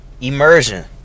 Immersion